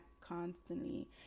constantly